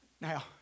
Now